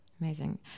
amazing